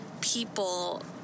people